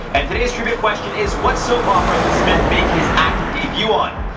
and today's trivia question is what soap opera did smith make his acting debut on?